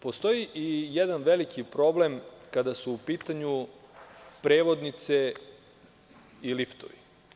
Postoji i jedan veliki problem kada su u pitanju prevodnice i liftovi.